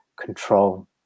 control